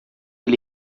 ele